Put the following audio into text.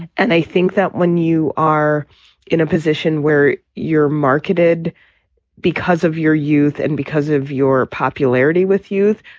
and i think that when you are in a position where you're marketed because of your youth and because of your popularity with youth,